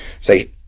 say